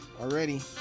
already